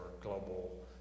global